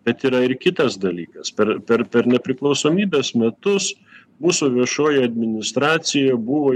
bet yra ir kitas dalykas per per per nepriklausomybės metus mūsų viešoji administracija buvo